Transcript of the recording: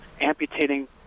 Amputating